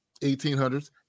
1800s